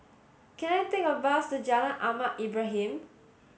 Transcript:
can I take a bus to Jalan Ahmad Ibrahim